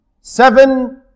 seven